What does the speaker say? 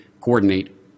coordinate